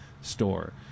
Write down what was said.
store